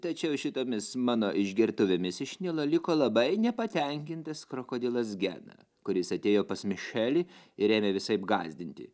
tačiau šitomis mano išgertuvėmis iš nilo liko labai nepatenkintas krokodilas gena kuris atėjo pas mišelį ir ėmė visaip gąsdinti